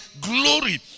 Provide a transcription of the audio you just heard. glory